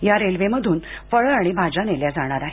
या रेल्वेमधून फळे आणि भाज्या नेल्या जाणार आहेत